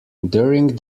during